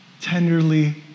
tenderly